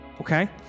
Okay